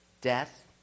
death